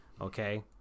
Okay